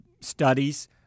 studies